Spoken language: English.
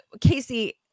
Casey